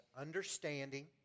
understanding